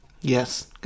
Yes